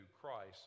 Christ